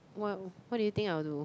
what what would you think I would do